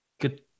good